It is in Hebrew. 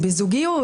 היא בזוגיות,